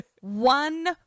one